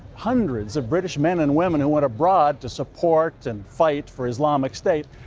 hundreds of british men and women who went abroad to support and fight for islamic state,